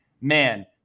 man